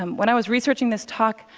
um when i was researching this talk,